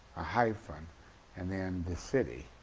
a hyphen and then the city.